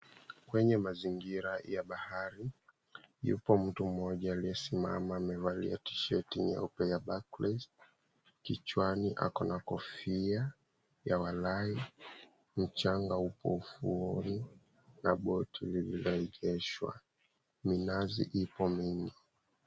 Kwenye mazingira ya bahari yupo mtu mmoja amesimama amevalia tisheti nyeupe ya Barclays. Kichwani ako na kofia ya walahi, mchanga upo ufuoni na boti limeegeshwa. Minazi ipo mingi.